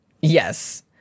Yes